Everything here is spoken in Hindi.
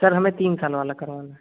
सर हमें तीन साल वाला करवाना है